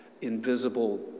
invisible